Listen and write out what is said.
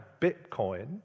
Bitcoin